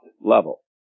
level